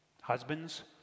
Husbands